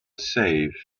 safe